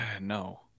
no